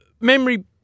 memory